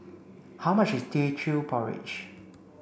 how much is Teochew Porridge